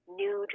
new